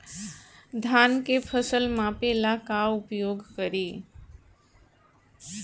धान के फ़सल मापे ला का उपयोग करी?